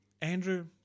Andrew